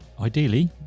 Ideally